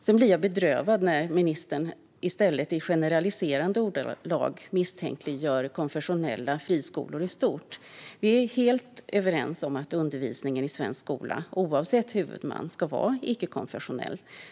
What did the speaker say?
Jag blir bedrövad när ministern i stället i generaliserande ordalag misstänkliggör konfessionella friskolor i stort. Vi är helt överens om att undervisningen i svensk skola, oavsett huvudman, ska vara icke-konfessionell.